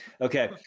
okay